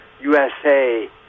USA